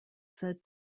said